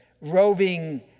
roving